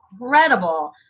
incredible